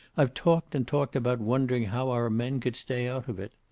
i've talked and talked about wondering how our men could stay out of it.